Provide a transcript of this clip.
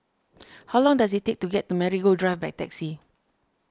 how long does it take to get to Marigold Drive by taxi